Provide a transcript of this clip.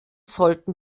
sollten